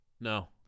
No